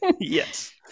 Yes